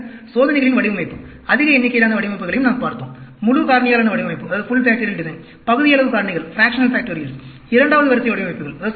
பின்னர் சோதனைகளின் வடிவமைப்பு அதிக எண்ணிக்கையிலான வடிவமைப்புகளையும் நாம் பார்த்தோம் முழு காரணியாலான வடிவமைப்பு பகுதியளவு காரணிகள் 2 வது வரிசை வடிவமைப்புகள்